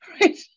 right